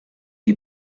die